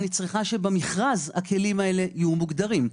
אני צריכה שבמכרז הכלים האלה יהיו מוגדרים.